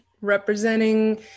representing